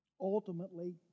Ultimately